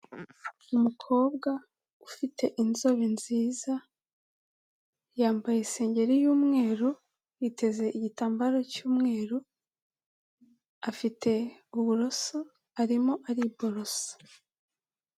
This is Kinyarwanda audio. Umukobwa ufite inzobe nziza, yambaye isengeri y'umweru, yiteze igitambaro cy'umweru, afite uburoso arimo ariborosa.